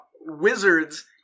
wizards